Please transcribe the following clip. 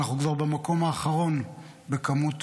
אנחנו כבר במקום האחרון בכמות